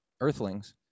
earthlings